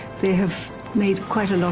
they have made quite a